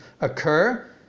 occur